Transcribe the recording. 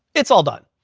it's all done.